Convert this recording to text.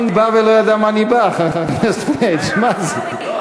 ניבא ולא ידע מה ניבא, חבר הכנסת פריג', מה זה?